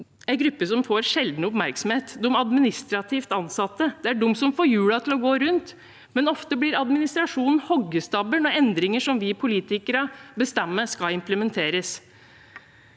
en gruppe som sjelden får oppmerksomhet: de administrativt ansatte. Det er de som får hjulene til å gå rundt, men ofte blir administrasjonen hoggestabbe når endringer som vi politikere bestemmer, skal implementeres.